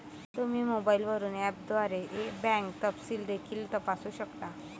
तुम्ही मोबाईलवरून ऍपद्वारे बँक तपशील देखील तपासू शकता